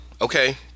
okay